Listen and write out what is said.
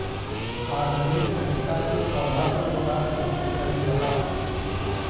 Organic तरीका से पौधा क विकास कइसे कईल जाला?